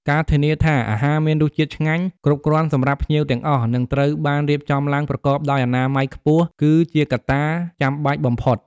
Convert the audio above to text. ការធានាថាអាហារមានរសជាតិឆ្ងាញ់ គ្រប់គ្រាន់សម្រាប់ភ្ញៀវទាំងអស់ និងត្រូវបានរៀបចំឡើងប្រកបដោយអនាម័យខ្ពស់ គឺជាកត្តាចាំបាច់បំផុត។